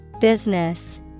Business